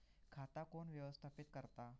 खाता कोण व्यवस्थापित करता?